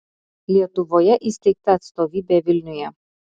lietuvoje įsteigta atstovybė vilniuje